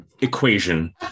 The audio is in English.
Equation